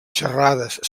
xerrades